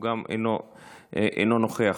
אינו נוכח.